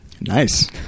Nice